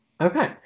Okay